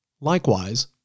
Likewise